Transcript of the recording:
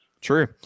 True